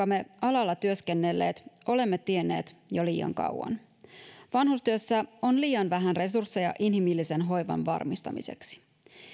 me alalla työskennelleet olemme tienneet jo liian kauan vanhustyössä on liian vähän resursseja inhimillisen hoivan varmistamiseksi